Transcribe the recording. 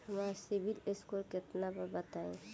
हमार CIBIL score केतना बा बताईं?